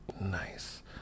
nice